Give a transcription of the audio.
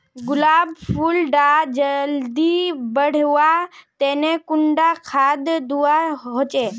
गुलाब फुल डा जल्दी बढ़वा तने कुंडा खाद दूवा होछै?